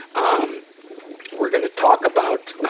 um we're gonna talk about, ah,